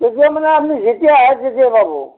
কেতিয়া মানে আপুনি যেতিয়াই আহে তেতিয়াই পাব